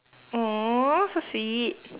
!aww! so sweet